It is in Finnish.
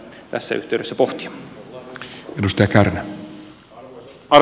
arvoisa puhemies